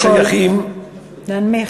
פרטיים, שלא שייכים, להנמיך.